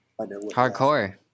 Hardcore